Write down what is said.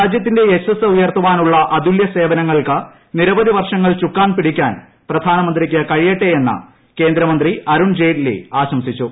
രാജ്യത്തിന്റെ യശസ്സ് ഉയർത്താനുള്ള അതുല്യ എസ്സ്പനങ്ങൾക്ക് നിരവധി വർഷങ്ങൾ ചുക്കാൻ പിടിക്കാൻ പ്രിയ്ക്ക് കഴിയട്ടെയെന്ന് കേന്ദ്രമന്ത്രി അരുൺജെയ്റ്റ്ലീം ആശംസിച്ചു